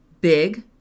Big